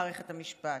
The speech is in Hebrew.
מערכת המשפט,